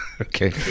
Okay